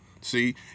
See